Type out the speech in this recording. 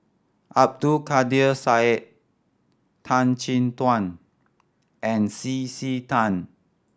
Abdul Kadir Syed Tan Chin Tuan and C C Tan